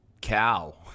cow